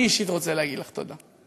אני אישית רוצה להגיד לך תודה.